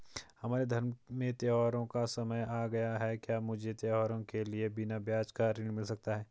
हमारे धर्म में त्योंहारो का समय आ गया है क्या मुझे त्योहारों के लिए बिना ब्याज का ऋण मिल सकता है?